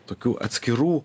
tokių atskirų